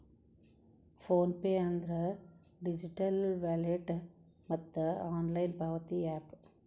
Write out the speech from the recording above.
phone pay ಅಂದ್ರ digital wallet ಮತ್ತ online ಪಾವತಿ ಯಾಪ್